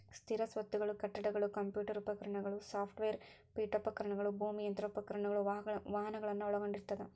ಸ್ಥಿರ ಸ್ವತ್ತುಗಳು ಕಟ್ಟಡಗಳು ಕಂಪ್ಯೂಟರ್ ಉಪಕರಣಗಳು ಸಾಫ್ಟ್ವೇರ್ ಪೇಠೋಪಕರಣಗಳು ಭೂಮಿ ಯಂತ್ರೋಪಕರಣಗಳು ವಾಹನಗಳನ್ನ ಒಳಗೊಂಡಿರ್ತದ